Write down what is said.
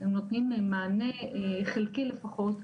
הם נותנים מענה חלקי לפחות,